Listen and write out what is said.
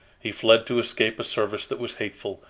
he fled to escape a service that was hateful,